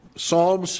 Psalm